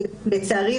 לצערי,